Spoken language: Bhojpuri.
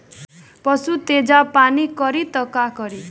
पशु तेजाब पान करी त का करी?